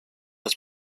das